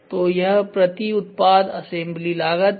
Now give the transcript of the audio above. तो यह प्रति उत्पाद असेम्बली लागत है